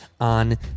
on